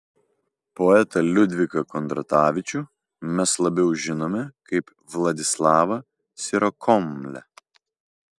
poetą liudviką kondratavičių mes labiau žinome kaip vladislavą sirokomlę